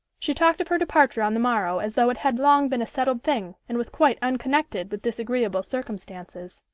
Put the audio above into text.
she talked of her departure on the morrow as though it had long been a settled thing, and was quite unconnected with disagreeable circumstances.